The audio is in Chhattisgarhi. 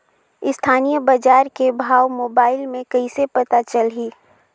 स्थानीय बजार के भाव मोबाइल मे कइसे पता चलही?